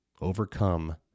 Overcome